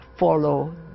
follow